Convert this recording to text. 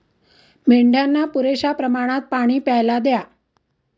मेंढ्यांना पुरेशा प्रमाणात पाणी प्यायला द्या